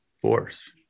force